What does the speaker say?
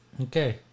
okay